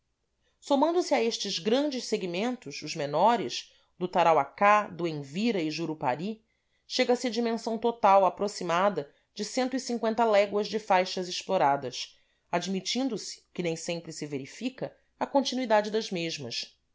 somando se a estes grandes segmentos os menores do tarauacá do envira e jurupari chega-se à dimensão total aproximada de léguas das faixas exploradas admitindo se o que nem sempre se verifica a continuidade das mesmas